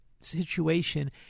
situation